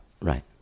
right